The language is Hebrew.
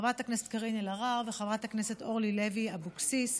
חברת הכנסת קארין אלהרר וחברת הכנסת אורלי לוי אבקסיס,